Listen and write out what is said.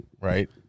right